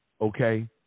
okay